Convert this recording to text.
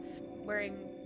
wearing